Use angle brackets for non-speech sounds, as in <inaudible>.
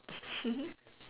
<laughs>